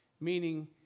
Meaning